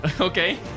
Okay